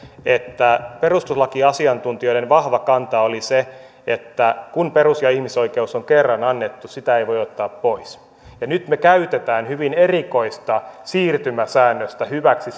että perustuslakiasiantuntijoiden vahva kanta oli se että kun perus ja ihmisoikeus on kerran annettu sitä ei voi ottaa pois nyt me käytämme hyvin erikoista siirtymäsäännöstä hyväksi